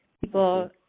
people